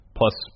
plus